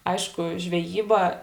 aišku žvejyba